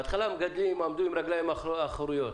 בהתחלה המגדלים עמדו על הרגליים האחוריות,